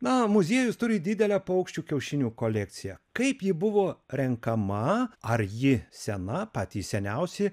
na muziejus turi didelę paukščių kiaušinių kolekciją kaip ji buvo renkama ar ji sena patys seniausi